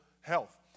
health